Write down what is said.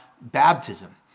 baptism